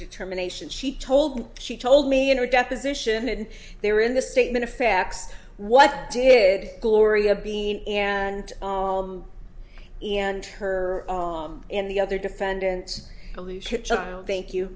determination she told she told me in her deposition and there in the statement of facts what did gloria bean and all and her and the other defendants thank you